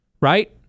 right